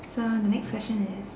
so the next question is